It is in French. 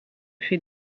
fait